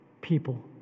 people